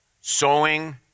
Sowing